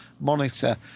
monitor